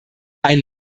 ein